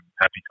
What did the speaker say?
Happy